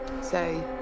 Say